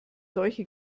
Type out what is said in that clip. solche